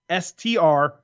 str